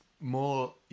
more